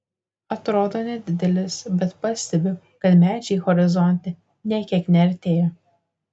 atrodo nedidelis bet pastebiu kad medžiai horizonte nė kiek neartėja